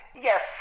Yes